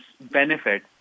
benefit